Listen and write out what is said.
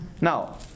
Now